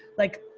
like,